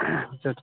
तऽ